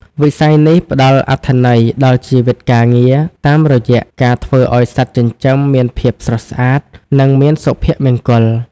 វិស័យនេះផ្តល់អត្ថន័យដល់ជីវិតការងារ តាមរយៈការធ្វើឱ្យសត្វចិញ្ចឹមមានភាពស្រស់ស្អាត និងមានសុភមង្គល។